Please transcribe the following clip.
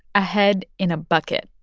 a head in a bucket.